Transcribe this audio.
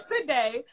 today